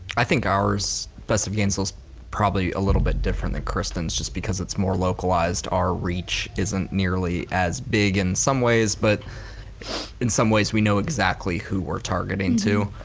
i think ours, best of gainesville's probably a little bit different than kristin's just because it's more localized. our reach isn't nearly as big in some ways but in some ways we know exactly who we're targeting too.